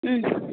ம்